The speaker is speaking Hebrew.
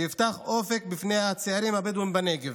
ויפתח אופק בפני הצעירים הבדואים בנגב.